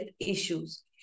issues